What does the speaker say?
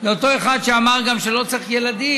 זה אותו אחד שאמר גם שלא צריך ילדים.